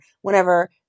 whenever